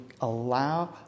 allow